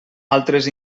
altres